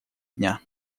дня